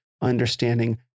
understanding